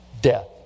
death